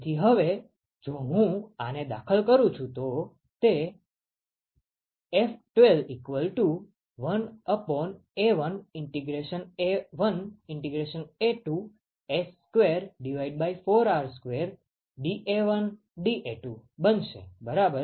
તેથી હવે જો હું આને દાખલ કરું છું તો તે F121A1A1A2S24R2 dA1dA2 બનશે બરાબર